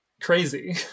crazy